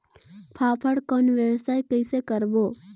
फाफण कौन व्यवसाय कइसे करबो?